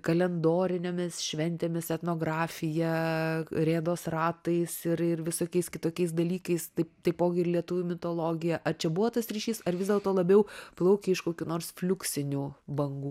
kalendorinėmis šventėmis etnografija rėdos ratais ir ir visokiais kitokiais dalykais tai tai taipogi ir lietuvių mitologija ar čia buvo tas ryšys ar vis dėlto labiau plaukė iš kokių nors fliuksinių bangų